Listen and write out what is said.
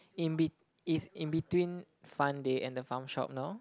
in bit~ it's in between Fun Day and the found shop no